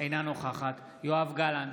אינה נוכחת יואב גלנט,